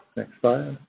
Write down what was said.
next slide.